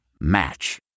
Match